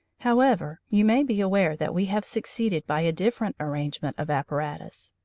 however, you may be aware that we have succeeded by a different arrangement of apparatus.